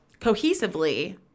cohesively